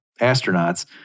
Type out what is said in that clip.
astronauts